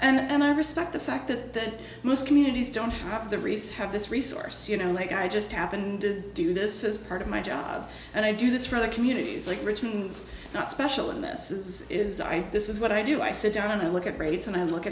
analysis and i respect the fact that most communities don't have the reese have this resource you know like i just happened to do this as part of my job and i do this for other communities like richmond's not special and this is this is what i do i sit down and look at rates and i look